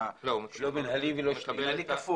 מינהלי כפול.